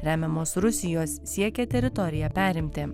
remiamos rusijos siekia teritoriją perimti